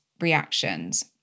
reactions